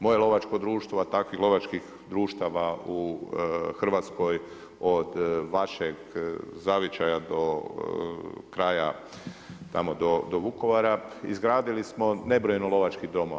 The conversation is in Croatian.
Moje lovačko društvo a takvih lovačkih društava u Hrvatskoj od vašeg zavičaja do kraja, tamo do Vukovara izgradili smo nebrojeno lovačkih domova.